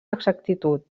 exactitud